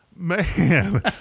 Man